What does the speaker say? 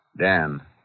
Dan